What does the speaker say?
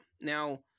Now